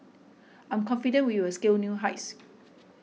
I'm confident we will scale new heights